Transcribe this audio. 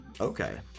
Okay